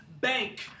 bank